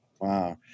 Wow